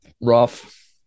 rough